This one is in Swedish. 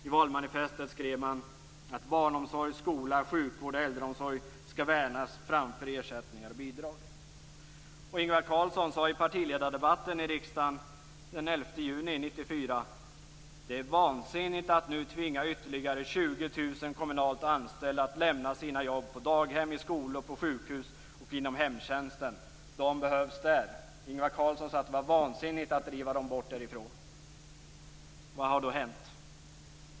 I valmanifestet skrev man att "barnomsorg, skola, sjukvård och äldreomsorg ska värnas framför ersättningar och bidrag". Ingvar Carlsson sade i partiledardebatten i riksdagen den 11 juni 1994: "Det är vansinnigt att nu tvinga ytterligare 20 000 kommunalt anställda att lämna sina jobb på daghem, i skolor, på sjukhus och inom hemtjänsten. De behövs där." Ingvar Carlsson sade att det var vansinnigt att driva dem bort därifrån. Vad har då hänt?